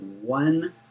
one